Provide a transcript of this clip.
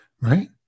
Right